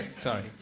Sorry